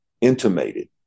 intimated